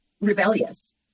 rebellious